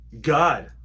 God